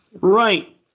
Right